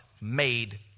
made